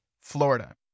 Florida